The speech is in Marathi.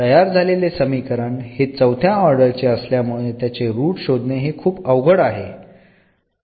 तयार झालेले समीकरण हे चौथ्या ऑर्डर चे असल्यामुळे त्याचे रूट्स शोधणे हे खूप अवघड आहे